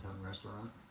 restaurant